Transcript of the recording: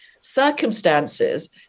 circumstances